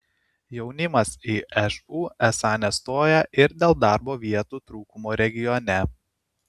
jaunimas į šu esą nestoja ir dėl darbo vietų trūkumo regione